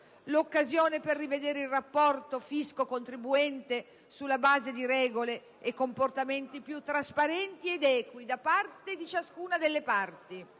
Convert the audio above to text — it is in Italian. l'occasione per rivedere il rapporto fisco-contribuente sulla base di regole e comportamenti più trasparenti ed equi per ciascuna delle parti;